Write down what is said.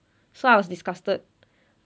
so I was disgusted